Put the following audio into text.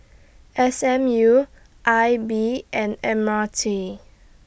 S M U I B and M R T